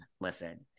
listen